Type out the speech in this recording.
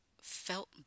felt